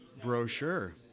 brochure